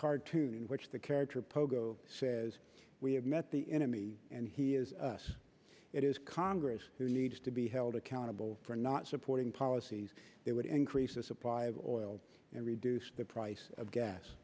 cartoon which the character pogo says we have met the enemy and he is us it is congress who needs to be held accountable for not supporting policies that would increase the supply of oil and reduce the price of gas